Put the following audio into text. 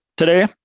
Today